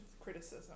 criticism